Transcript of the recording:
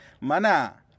mana